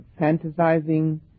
fantasizing